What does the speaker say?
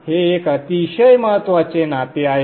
हे एक अतिशय महत्त्वाचे नाते आहे